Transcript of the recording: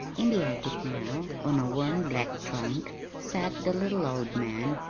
in the attic now, on a worn black trunk, sat the little old man,